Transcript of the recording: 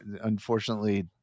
Unfortunately